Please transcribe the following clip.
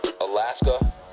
Alaska